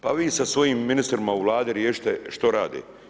Pa vi sa svojim ministrima u Vladi riješite što rade.